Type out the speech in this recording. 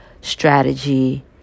strategy